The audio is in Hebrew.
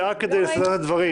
אם נחליט לא לאשר, הדיון